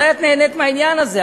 אולי את נהנית מהעניין הזה,